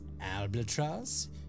Albatross